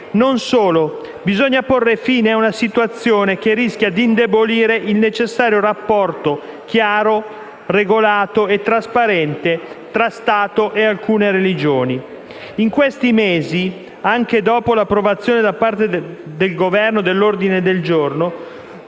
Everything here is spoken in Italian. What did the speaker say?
Non solo. Bisogna porre fine a una situazione che rischia di indebolire il necessario rapporto chiaro, regolato e trasparente tra Stato e alcune religioni. In questi mesi, anche dopo l'approvazione da parte del Governo dell'ordine del giorno,